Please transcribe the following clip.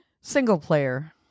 Single-player